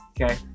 okay